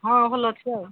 ହଁ ଭଲ ଅଛି ଆଉ